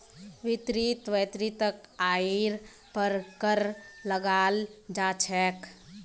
व्यक्तिर वैयक्तिक आइर पर कर लगाल जा छेक